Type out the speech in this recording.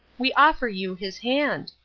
we offer you his hand.